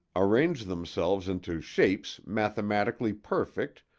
arrange themselves into shapes mathematically perfect,